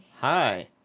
Hi